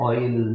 Oil